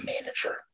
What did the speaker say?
manager